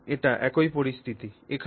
এখন এটি একই পরিস্থিতি